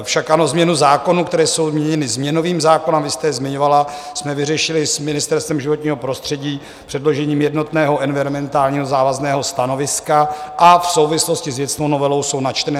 Avšak ano, změnu zákonů, které jsou míněny změnovým zákonem, a vy jste je zmiňovala, jsme vyřešili s Ministerstvem životního prostředí předložením jednotného environmentálního závazného stanoviska a v souvislosti s věcnou novelou jsou načteny.